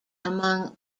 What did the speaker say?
among